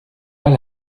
mal